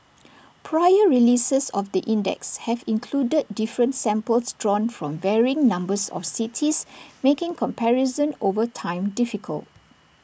prior releases of the index have included different samples drawn from varying numbers of cities making comparison over time difficult